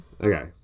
Okay